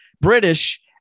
British